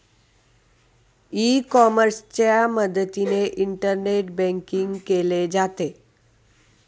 E कॉमर्सच्या मदतीने internet banking केले जाते